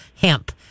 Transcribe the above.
Hemp